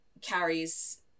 carries